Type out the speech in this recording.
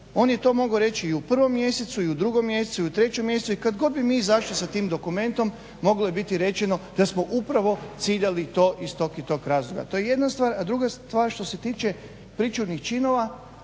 on je to mogao reći i u prvom mjesecu i u drugom mjesecu i u trećem mjesecu i kad god bi mi izašli sa tim dokumentom moglo je biti rečeno da smo upravo ciljali to iz tog i tog razloga. To je jedna stvar. A druga stvar što se tiče pričuvnih činova